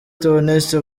theoneste